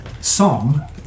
song